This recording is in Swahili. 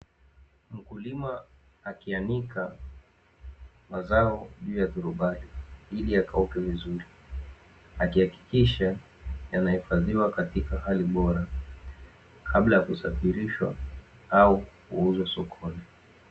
Mkulima akianika mazao juu ya turubai ili yakauke vizuri, akihakikisha yanahifadhiwa katika hali bora kabla ya kusafirishwa au kuuzwa sokoni.